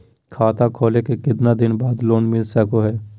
खाता खोले के कितना दिन बाद लोन मिलता सको है?